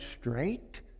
straight